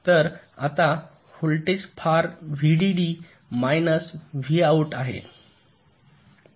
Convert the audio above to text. तर आता व्होल्टेज फरक व्हीडीडी मायनस व्हॉट आहे